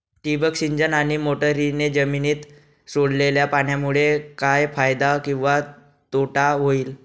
ठिबक सिंचन आणि मोटरीने जमिनीत सोडलेल्या पाण्यामुळे काय फायदा किंवा तोटा होईल?